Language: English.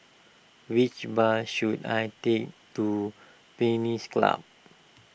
which bus should I take to Pines Club